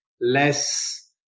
less